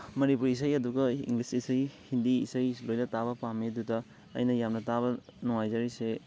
ꯃꯅꯤꯄꯨꯔꯤ ꯏꯁꯩ ꯑꯗꯨꯒ ꯏꯪꯂꯤꯁ ꯏꯁꯩ ꯍꯤꯟꯗꯤ ꯏꯁꯩ ꯂꯣꯏꯅ ꯇꯥꯕ ꯄꯥꯝꯃꯦ ꯑꯗꯨꯗ ꯑꯩꯅ ꯌꯥꯝꯅ ꯇꯥꯕ ꯅꯨꯡꯉꯥꯏꯖꯔꯤꯁꯦ